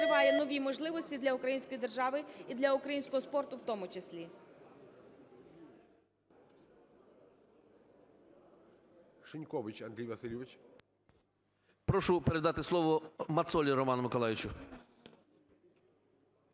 нові можливості для української держави, і для українського спорту в тому числі.